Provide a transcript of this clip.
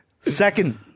Second